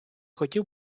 хотів